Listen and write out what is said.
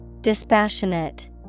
Dispassionate